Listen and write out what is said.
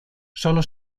sólo